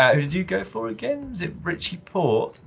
who did you go for again, was it richie port?